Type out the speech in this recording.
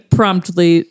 promptly